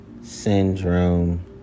syndrome